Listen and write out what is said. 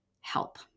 help